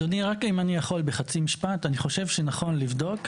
אני יודע שרוצים לבנות,